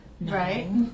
right